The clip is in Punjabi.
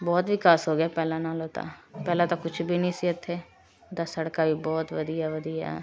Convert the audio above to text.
ਬਹੁਤ ਵਿਕਾਸ ਹੋ ਗਿਆ ਪਹਿਲਾਂ ਨਾਲੋਂ ਤਾਂ ਪਹਿਲਾਂ ਤਾਂ ਕੁਝ ਵੀ ਨਹੀਂ ਸੀ ਇੱਥੇ ਹੁਣ ਤਾਂ ਸੜਕਾਂ ਵੀ ਬਹੁਤ ਵਧੀਆ ਵਧੀਆ